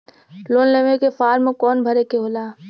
Loan लेवे के form कौन भरे के होला?